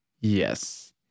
Yes